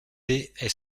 est